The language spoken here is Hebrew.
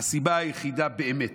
הסיבה היחידה באמת